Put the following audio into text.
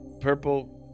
purple